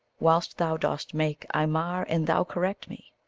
whilst thou dost make, i mar, and thou correct me!